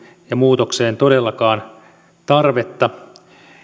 ja muutokseen todellakaan tarvetta